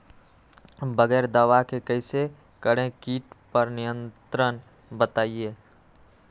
बगैर दवा के कैसे करें कीट पर नियंत्रण बताइए?